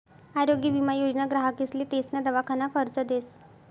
आरोग्य विमा योजना ग्राहकेसले तेसना दवाखाना खर्च देस